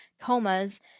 comas